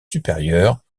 supérieures